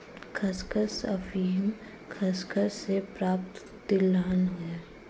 खसखस अफीम खसखस से प्राप्त तिलहन है